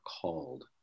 called